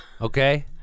okay